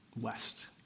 west